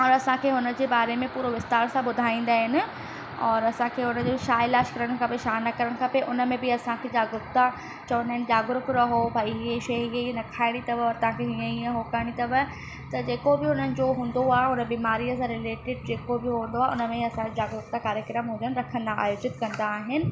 और असांखे हुन जे बारे में पूरो विस्तार सां ॿुधाईंदा आहिनि और असांखे हुन जो छा इलाज करणु खपे छा न करणु खपे उन में बि असांखे जागरुकता चवंदा आहिनि जागरुक रहो भई हीअ शइ हीअ हीअ न खाइणी अथव तव्हांखे हीअ हीअ उहो करिणी अथव त जेको बि उन्हनि जो हूंदो आहे उन बीमारीअ सां रिलेटिड जेको बि हूंदो आहे उन बीमारीअ सां रिलेटिड जेको बि हूंदो आहे उन में ई असां जागरुकता कार्यक्रम उहो रखंदा आयोजित कंदा आहिनि